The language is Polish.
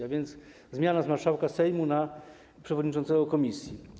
A więc jest to zmiana z marszałka Sejmu na przewodniczącego komisji.